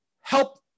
help